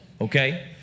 Okay